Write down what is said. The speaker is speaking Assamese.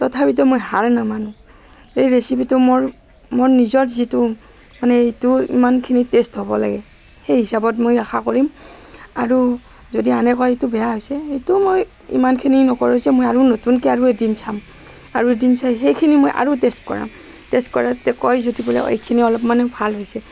তথাপিতো মই হাৰ নামানোঁ এই ৰেচিপিটো মোৰ মোৰ নিজৰ যিটো মানে যিটো ইমানখিনি টেষ্ট হ'ব লাগে সেই হিচাপত মই আশা কৰিম আৰু যদি আনে কয় এইটো বেয়া হৈছে সেইটো মই ইমানখিনি নকৰোঁ অৱশ্যে মই আৰু নতুনকৈ আৰু এদিন চাম আৰু এদিন চাই সেইখিনি মই আৰু টেষ্ট কৰাম টেষ্ট কৰাঁতে যদি কয় বোলে অ' এইখিনি অলপ মানে ভাল হৈছে